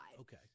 okay